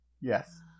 yes